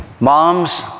Moms